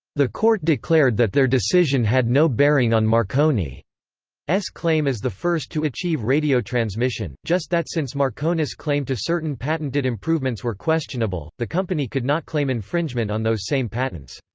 the court declared that their decision had no bearing on marconi's claim as the first to achieve radio transmission, just that since marconi's claim to certain patented improvements were questionable, the company could not claim infringement on those same patents.